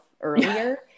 earlier